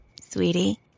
Sweetie